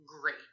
great